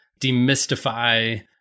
demystify